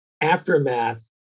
aftermath